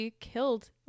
killed